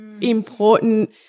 important